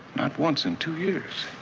not once in two years.